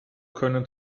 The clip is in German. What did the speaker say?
können